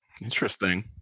Interesting